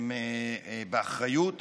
באחריות